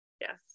Yes